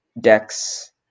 decks